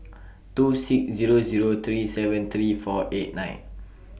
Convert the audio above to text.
two six Zero Zero three seven three four eight nine